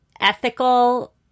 ethical